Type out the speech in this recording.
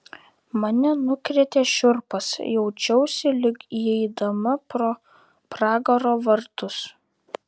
mane nukrėtė šiurpas jaučiausi lyg įeidama pro pragaro vartus